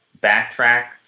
backtrack